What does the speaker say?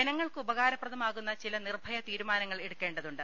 ജനങ്ങൾക്ക് ഉപകാരപ്രദമാകുന്ന ചില നിർഭയ തീരുമാനങ്ങൾ എടുക്കേണ്ടതുണ്ട്